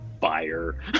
fire